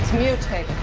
mutate